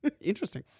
Interesting